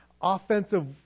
offensive